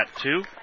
two